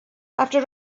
after